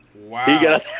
Wow